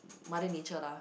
Mother-Nature lah